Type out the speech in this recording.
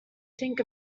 think